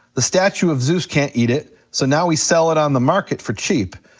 the statue of zeus can't eat it, so now we sell it on the market for cheap.